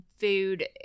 food